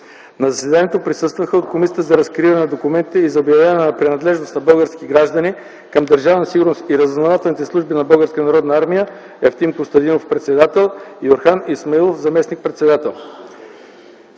На заседанието присъстваха от Комисията за разкриване на документите и за обявяване на принадлежност на български граждани към Държавна сигурност и разузнавателните служби на Българската народна армия – Евтим Костадинов, председател и Орхан Исмаилов, заместник-председател.